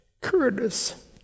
Curtis